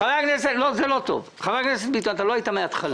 חבר הכנסת ביטון, אתה לא היית מהתחלה.